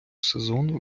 сезону